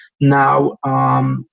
Now